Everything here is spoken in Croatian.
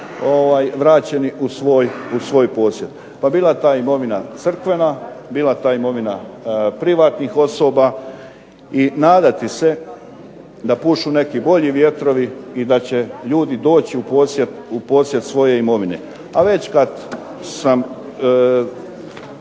vraćeni u svoj posjed, pa bila ta imovina crkvena, bila ta imovina privatnih osoba. I nadati se da pušu neki bolji vjetrovi i da će ljudi doći u posjed svoje imovine, a već kad sam